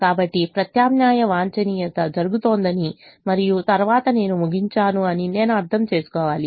కాబట్టి ప్రత్యామ్నాయ వాంఛనీయత జరుగుతోందని మరియు తరువాత నేను ముగించాను అని నేను అర్థం చేసుకోవాలి